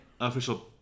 official